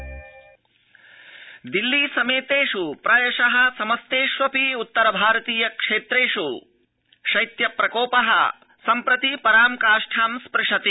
शीतलहरी दिल्ली समेतेष् प्रायश समस्तेष्वपि उत्तर भारतीय क्षेत्रेष् शैत्य प्रकोप सम्प्रति परां काष्ठां स्प्रशति